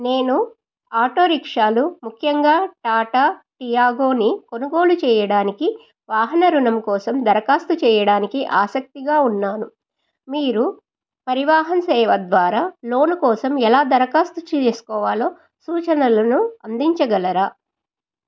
నేను ఆటో రిక్షాలు ముఖ్యంగా టాటా టియాగోని కొనుగోలు చేయడానికి వాహన రుణం కోసం దరఖాస్తు చేయడానికి ఆసక్తిగా ఉన్నాను మీరు పరివాహన్ సేవ ద్వారా లోను కోసం ఎలా దరఖాస్తు చేసుకోవాలో సూచనలను అందించగలరా